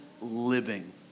living